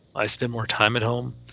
i spend more time at home.